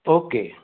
okay